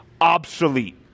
obsolete